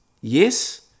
Yes